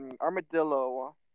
armadillo